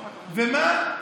ומה?